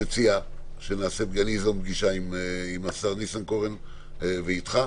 אני אזום פגישה עם השר ניסנקורן ואתך,